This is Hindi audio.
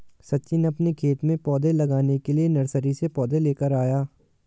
सचिन अपने खेत में पौधे लगाने के लिए नर्सरी से पौधे लेकर आया